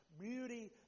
beauty